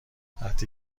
وقتی